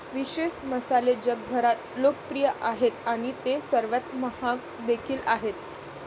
विशेष मसाले जगभरात लोकप्रिय आहेत आणि ते सर्वात महाग देखील आहेत